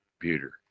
computer